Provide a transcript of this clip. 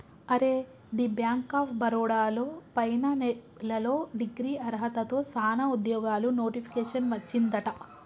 అరే the bank of Baroda లో పైన నెలలో డిగ్రీ అర్హతతో సానా ఉద్యోగాలు నోటిఫికేషన్ వచ్చిందట